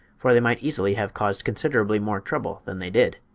for they might easily have caused considerably more trouble than they did.